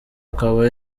akaba